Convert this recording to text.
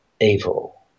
evil